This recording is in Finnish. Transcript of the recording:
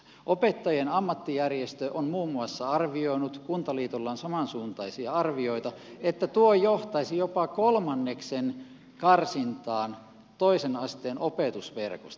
opettajien ammattijärjestö on muun muassa arvioinut ja kuntaliitolla on samansuuntaisia arvioita että tuo johtaisi jopa kolmanneksen karsintaan toisen asteen opetusverkosta